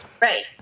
Right